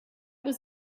was